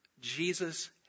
Jesus